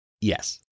Yes